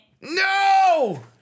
No